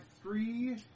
three